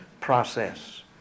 process